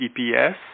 EPS